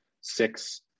six